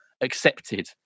accepted